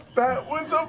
that was ah